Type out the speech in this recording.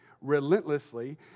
relentlessly